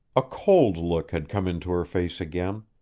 a cold look had come into her face again,